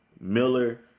Miller